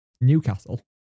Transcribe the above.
Newcastle